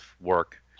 work